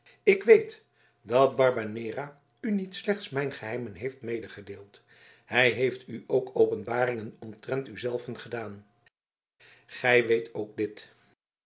ik weet dat barbanera u niet slechts mijn geheimen heeft medegedeeld hij heeft u ook openbaringen omtrent u zelven gedaan gij weet ook dit